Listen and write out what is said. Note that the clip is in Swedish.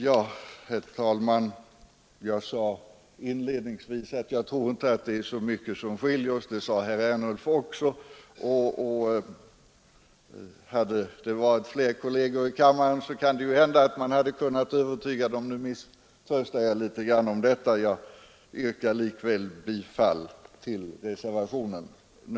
Ja, herr talman, jag sade inledningsvis att jag inte tror att det är så mycket som skiljer oss — det sade herr Ernulf också. Hade det varit fler kolleger i kammaren kan det hända att man hade kunnat övertyga dem. Nu misströstar jag litet om detta. Jag yrkar likväl bifall till reservationen